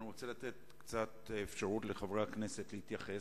אני רוצה לתת לחברי הכנסת אפשרות להתייחס.